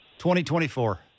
2024